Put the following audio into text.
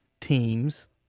teams